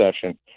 session